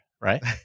right